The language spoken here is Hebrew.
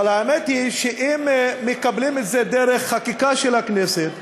האמת היא שאם מקבלים את זה דרך חקיקה של הכנסת,